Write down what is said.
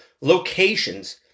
locations